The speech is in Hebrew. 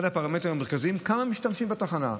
אחד הפרמטרים המרכזיים: כמה משתמשים בתחנה?